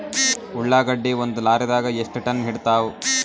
ಉಳ್ಳಾಗಡ್ಡಿ ಒಂದ ಲಾರಿದಾಗ ಎಷ್ಟ ಟನ್ ಹಿಡಿತ್ತಾವ?